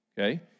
okay